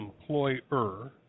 employer